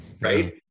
right